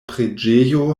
preĝejo